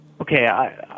Okay